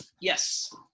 Yes